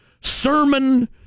sermon